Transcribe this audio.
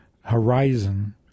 horizon